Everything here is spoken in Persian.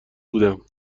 بودم